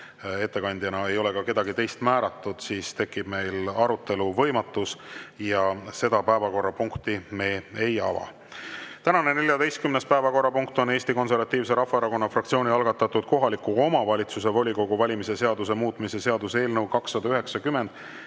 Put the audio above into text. ettekandjaks ei ole ka kedagi teist määratud, siis tekib meil arutelu võimatus ja seda päevakorrapunkti me ei ava. Tänane 14. päevakorrapunkt on Eesti Konservatiivse Rahvaerakonna fraktsiooni algatatud kohaliku omavalitsuse volikogu valimise seaduse muutmise seaduse eelnõu 290.